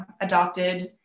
adopted